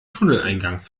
tunneleingang